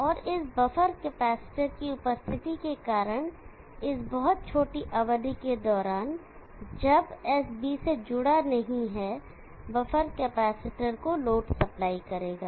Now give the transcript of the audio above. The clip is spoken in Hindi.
और इस बफर कैपेसिटर की उपस्थिति के कारण इस बहुत छोटी अवधि के दौरान जब S B से जुड़ा नहीं है बफर कैपेसिटर लोड को सप्लाई करेगा